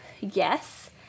yes